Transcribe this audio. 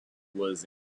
was